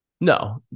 No